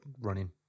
running